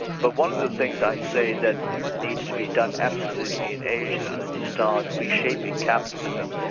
but one of the things i say that needs to be done absolutely in asia to start reshaping capitalism,